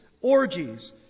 orgies